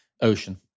ocean